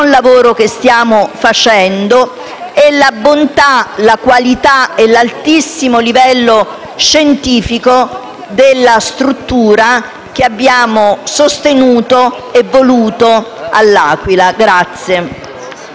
la bontà, la qualità e l'altissimo livello scientifico della struttura che abbiamo voluto e sostenuto a L'Aquila.